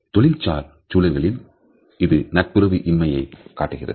தொழில்சார் சூழல்களில் இதுநட்புறவு இன்மையை காட்டுகிறது